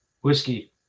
whiskey